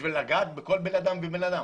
בשביל לגעת בכל בן אדם ובן אדם.